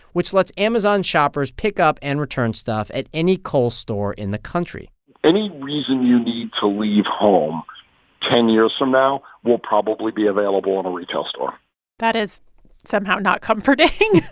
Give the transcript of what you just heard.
which lets amazon shoppers pick up and return stuff at any kohl's store in the country any reason you need to leave home ten years from now will probably be available in a retail store that is somehow not comforting